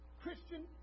Christian